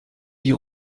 die